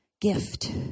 gift